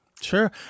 sure